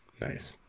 nice